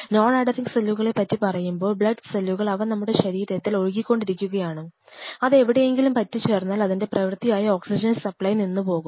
non-adhering സെല്ലുകളെ പറ്റി പറയുമ്പോൾ ബ്ലഡ് സെല്ലുകൾ അവ നമ്മുടെ ശരീരത്തിൽ ഒഴുകിക്കൊണ്ടിരിക്കുകയാണ് അത് എവിടെയെങ്കിലും പറ്റി ചേർന്നാൽ അതിൻറെ പ്രവർത്തിയായ ഓക്സിജൻ സപ്ലൈ നിന്നുപോകും